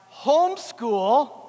homeschool